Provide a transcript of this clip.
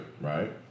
right